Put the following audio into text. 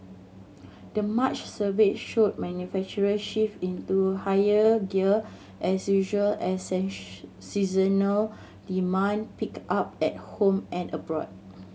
the March survey showed manufacturers shifted into higher gear as usual as seasonal demand picked up at home and abroad